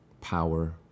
power